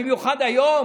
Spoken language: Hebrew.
במיוחד היום